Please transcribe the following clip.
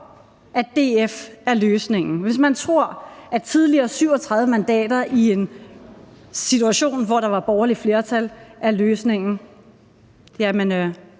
at DF er løsningen; hvis man tror, at tidligere 37 mandater i en situation, hvor der var borgerligt flertal, er løsningen, jamen